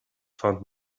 found